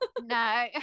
No